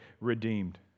redeemed